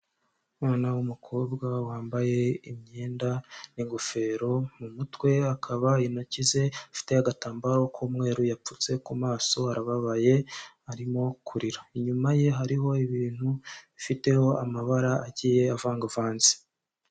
Umwana w'umukobwa wambaye imyenda n'ingofero mu mutwe akaba yunamye afite agatambaro k'umweru yapfutse ku maso abababaye, arimo kurira inyuma ye hariho ibintu bifiteho amabara agiye avangavanze.